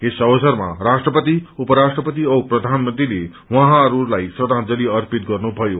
यस अवसरमा राष्ट्रपति उपराष्ट्रपति औ प्रधानमन्त्रीले उब्रैंहरूलाई श्रखाजलि अर्पित गर्नुभयो